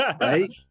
right